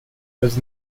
was